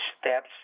steps